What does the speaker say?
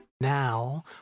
Now